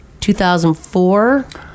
2004